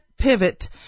pivot